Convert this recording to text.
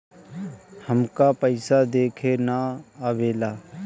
हमका पइसा देखे ना आवेला?